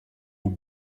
aux